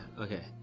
okay